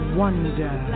wonder